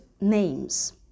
names